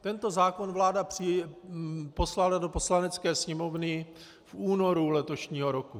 Tento zákon vláda poslala do Poslanecké sněmovny v únoru letošního roku.